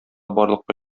барлыкка